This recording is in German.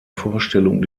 vorstellung